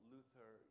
Luther